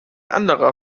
anderer